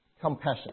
compassion